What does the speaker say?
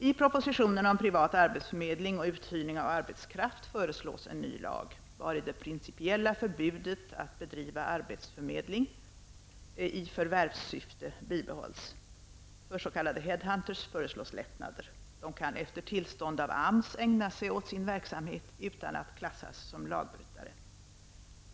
I propositionen om privat arbetsförmedling och uthyrning av arbetskraft föreslås en ny lag, vari det principiella förbudet att bedriva arbetsförmedling i förvärvssyfte bibehålls. För s.k. head-hunters förelås lättnader. De kan efter tillstånd av AMS ägna sig åt sin verksamhet utan att klassas som lagbrytare.